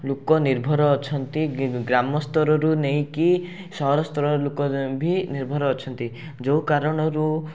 ଲୋକ ନିର୍ଭର ଅଛନ୍ତି ଗ୍ରାମ ସ୍ତରରୁ ନେଇକି ସହର ସ୍ତରର ଲୋକ ଭି ନିର୍ଭର ଅଛନ୍ତି ଯେଉଁ କାରଣରୁ